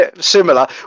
similar